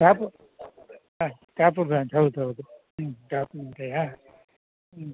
ಕಾಪು ಹಾಂ ಕಾಪು ಬ್ರಾಂಚ್ ಹೌದೌದು ಹ್ಞೂ ಕಾಪು ಹ್ಞೂ